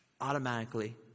automatically